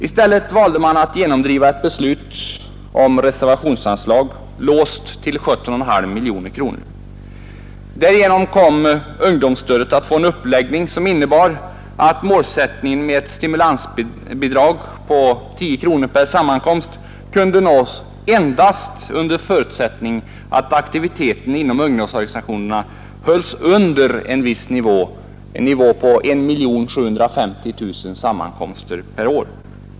I stället valde man som sagt att genomdriva ett beslut om reservationsanslag, låst till 17,5 miljoner kronor. Därigenom kom ungdomsstödet att få en uppläggning som innebar att målsättningen med stimulansbidrag på 10 kronor per sammankomst kunde nås endast under förutsättning att aktiviteten inom ungdomsorganisationerna hölls under en viss nivå, en nivå på 1 750 000 sammankomster per år.